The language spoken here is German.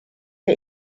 der